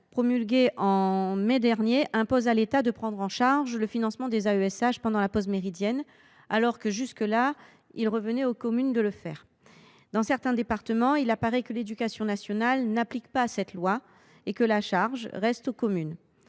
promulguée en mai dernier, impose à l’État de prendre en charge le financement des AESH pendant la pause méridienne, alors que, jusque là, il revenait aux communes de le faire. Or, dans certains départements, il apparaît que l’éducation nationale n’applique pas cette loi et que la charge financière